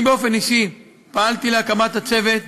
אני באופן אישי פעלתי להקמת הצוות,